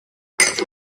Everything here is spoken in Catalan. els